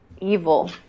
Evil